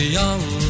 young